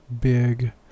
big